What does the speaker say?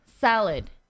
salad